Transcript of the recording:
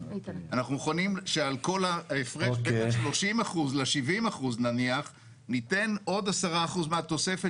אנחנו מוכנים שכל ההפרש בין ה-30% ל-70% ייתן עוד 10% מהתוספת